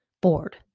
bored